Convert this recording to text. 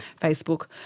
Facebook